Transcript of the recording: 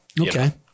Okay